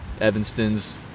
Evanston's